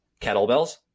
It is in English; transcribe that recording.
kettlebells